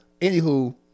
Anywho